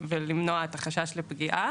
וכך למנוע את החשש לפגיעה